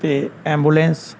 ਅਤੇ ਐਬੂਲੈਂਸ